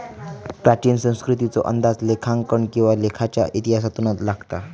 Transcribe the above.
प्राचीन संस्कृतीचो अंदाज लेखांकन किंवा लेखाच्या इतिहासातून लागता